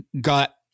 got